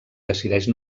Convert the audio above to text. decideix